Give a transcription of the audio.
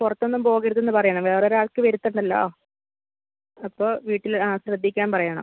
പുറത്തൊന്നും പോകരുതെന്ന് പറയണം വേറെ ഒരാൾക്ക് വരുത്തണ്ടല്ലോ അപ്പോൾ വീട്ടിൽ ആ ശ്രദ്ധിക്കാൻ പറയണം